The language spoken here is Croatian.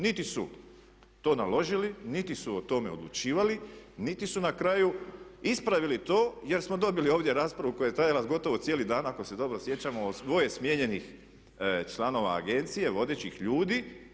Niti su to naložili, niti su o tome odlučivali, niti su na kraju ispravili to jer smo dobili ovdje raspravu koja je trajala gotovo cijeli dan ako se dobro sjećamo, dvoje smijenjenih članova agencije, vodećih ljudi.